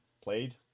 Played